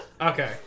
Okay